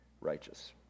righteous